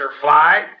Fly